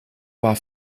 war